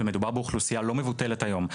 ומדובר באוכלוסייה לא מבוטלת היום,